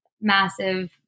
massive